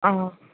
हां